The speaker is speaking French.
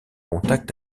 contact